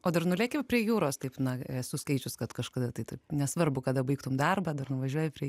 o dar nuleki prie jūros taip na esu skaičius kad kažkada tai taip nesvarbu kada baigtum darbą dar nuvažiuoji prie